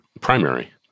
primary